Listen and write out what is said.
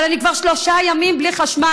אבל אני כבר שלושה ימים בלי חשמל,